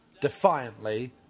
defiantly